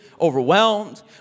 overwhelmed